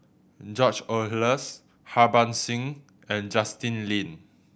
George Oehlers Harbans Singh and Justin Lean